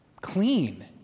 clean